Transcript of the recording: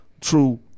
true